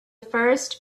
first